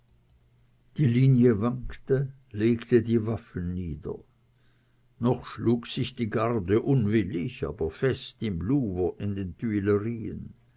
die linie wankte legte die waffen nieder noch schlug sich die garde unwillig aber fest im louvre in den